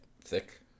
thick